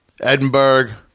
Edinburgh